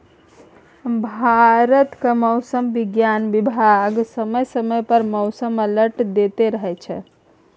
भारतक मौसम बिज्ञान बिभाग समय समय पर मौसम अलर्ट दैत रहै छै